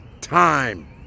time